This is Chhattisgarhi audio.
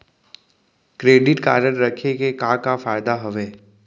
क्रेडिट कारड रखे के का का फायदा हवे?